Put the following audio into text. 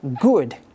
good